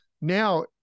now